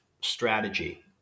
strategy